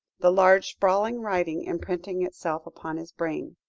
the large, sprawling writing imprinting itself upon his brain.